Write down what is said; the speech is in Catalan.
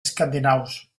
escandinaus